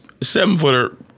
seven-footer